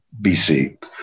BC